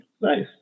Nice